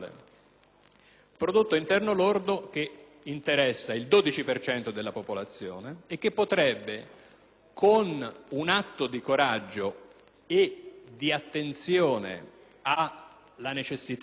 con un atto di coraggio e di attenzione alla necessità di fornire analgesici ai Paesi poveri ed in via di sviluppo, essere legalizzata,